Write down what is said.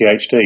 PhD